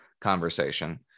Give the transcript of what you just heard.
conversation